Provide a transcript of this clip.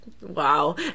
Wow